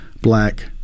black